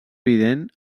evident